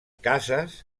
cases